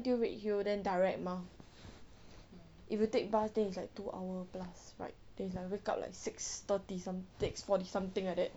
until redhill then direct mah if you take bus then it's like two hour plus ride it's like wake up like six thirty some~ six forty something like that